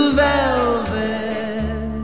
velvet